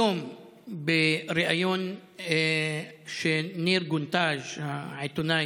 היום בריאיון עם ניר גונטז', העיתונאי,